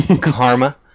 karma